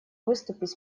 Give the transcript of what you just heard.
выступить